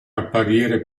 apparire